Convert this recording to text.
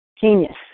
genius